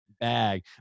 bag